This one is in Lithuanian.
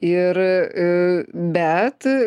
ir bet